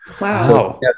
wow